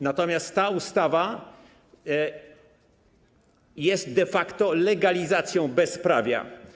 Natomiast ta ustawa jest de facto legalizacją bezprawia.